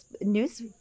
news